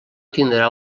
tindrà